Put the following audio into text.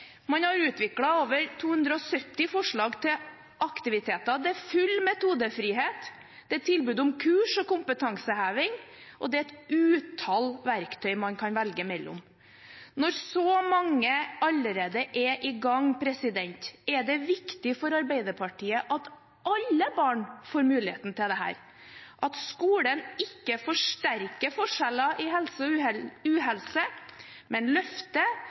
Man har utviklet over 270 forslag til aktiviteter, og det er full metodefrihet. Det er tilbud om kurs og kompetanseheving, og det er et utall verktøy man kan velge mellom. Når så mange allerede er i gang, er det viktig for Arbeiderpartiet at alle barn får denne muligheten, at skolen ikke forsterker forskjeller i helse og uhelse, men